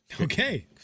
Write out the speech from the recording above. Okay